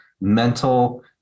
mental